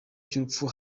cy’urupfu